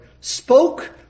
spoke